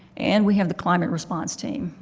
and we have the climate response team.